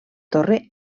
torre